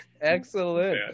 excellent